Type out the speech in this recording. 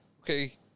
okay